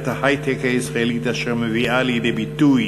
ההיי-טק הישראלית אשר מביאה לידי ביטוי